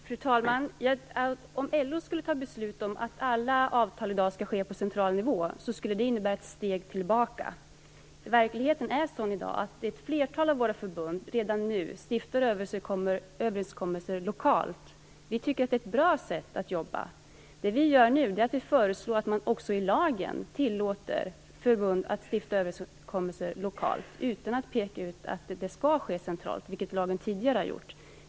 Fru talman! Om LO skulle fatta beslut om att alla avtal i dag skall slutas på central nivå skulle det innebära ett steg tillbaka. Verkligheten är sådan att ett flertal av våra förbund redan nu träffar överenskommelser lokalt. Vi tycker att det är ett bra sätt att jobba. Nu föreslår vi att man också i lagen tillåter förbund att träffa överenskommelser lokalt utan att peka ut att detta skall ske centralt, vilket lagen tidigare har gjort.